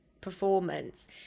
performance